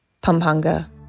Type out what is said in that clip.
Pampanga